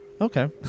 Okay